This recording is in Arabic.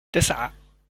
تسعة